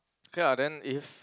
okay lah then if